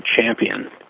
champion